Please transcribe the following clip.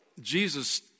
Jesus